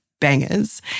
bangers